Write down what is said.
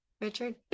Richard